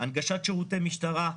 הנגשת שירותי משטרה,